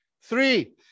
three